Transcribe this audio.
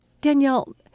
Danielle